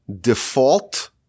default